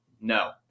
No